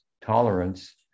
tolerance